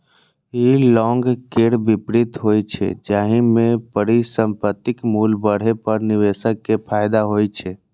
ई long केर विपरीत होइ छै, जाहि मे परिसंपत्तिक मूल्य बढ़ै पर निवेशक कें फायदा होइ छै